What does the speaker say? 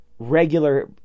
regular